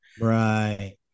right